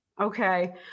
okay